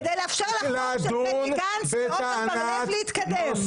כדי לאפשר לחוק של בני גנץ ועמר בר לב להתקדם.